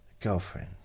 girlfriend